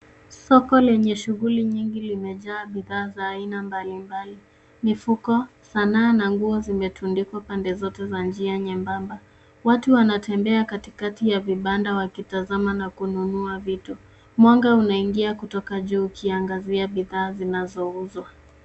Soko lenye shughuli nyingi limejaa bidhaa za aina mbalimbali mifuko, sanaa na nguo zimetandikwa pande zote za njia nyembamba. Watu wanatembea katikati za vibanda wakitazama na kununua vitu. Mwanga unaingia kutoka juu ukiangazia bidhaa zinazouzwa.